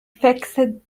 fixed